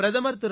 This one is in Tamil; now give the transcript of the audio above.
பிரதமர் திரு